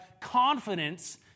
confidence